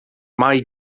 mae